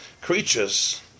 creatures